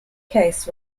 case